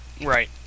Right